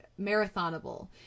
marathonable